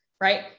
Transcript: right